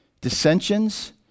Dissensions